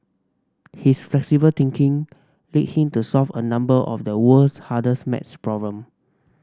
his flexible thinking lead him to solve a number of the world's hardest maths problem